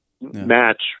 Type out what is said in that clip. match